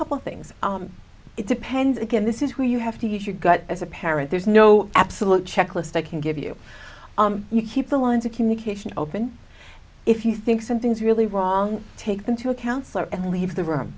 couple things it depends again this is where you have to get your gut as a parent there's no absolute checklist i can give you you keep the lines of communication open if you think something's really wrong take them to a counsellor and leave the room